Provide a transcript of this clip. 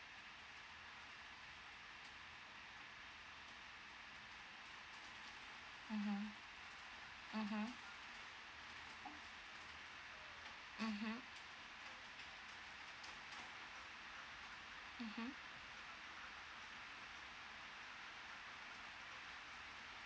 mm mmhmm mmhmm mmhmm